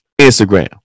Instagram